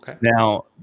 Now